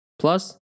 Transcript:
Plus